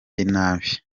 inabi